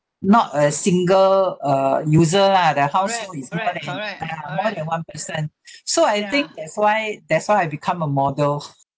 not a single uh user lah the house is more than one person so I think that's why that's why I become a model